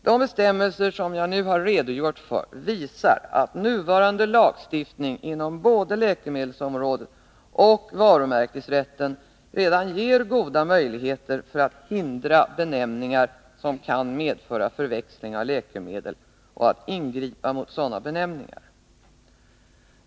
De bestämmelser som jag nu har redogjort för visar att nuvarande lagstiftning inom både läkemedelsområdet och varumärkesrätten redan ger goda möjligheter att hindra benämningar som kan medföra förväxling av läkemedel och att ingripa mot sådana benämningar.